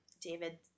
David